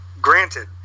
Granted